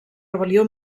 rebel·lió